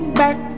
back